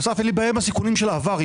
אסף, אין לי בעיה עם הסיכונים של העבר.